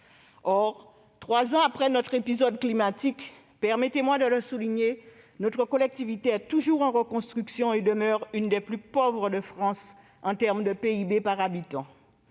Or, trois ans après notre épisode climatique, notre collectivité est toujours en reconstruction et demeure l'une des plus pauvres de France en termes de PIB par habitant.